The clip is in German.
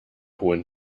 hohen